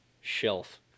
Shelf